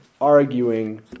arguing